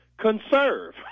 conserve